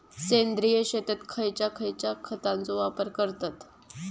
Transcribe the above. सेंद्रिय शेतात खयच्या खयच्या खतांचो वापर करतत?